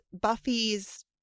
Buffy's